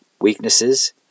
weaknesses